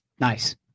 Nice